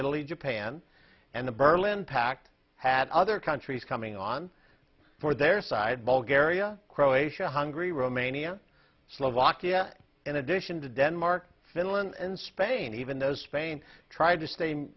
italy japan and the berlin pack had other countries coming on for their side ball garia croatia hungary romania slovakia in addition to denmark finland and spain even though spain tried to stay